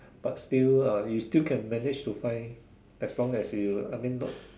but still uh you still can manage to find as long as you I mean not